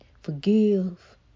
Forgive